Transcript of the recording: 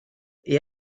est